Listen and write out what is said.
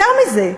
יותר מזה,